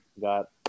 Got